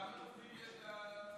אנחנו עוברים להצעת החוק הבאה: